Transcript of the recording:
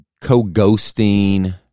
co-ghosting